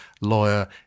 lawyer